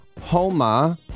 Homa